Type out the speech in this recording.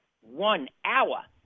one-hour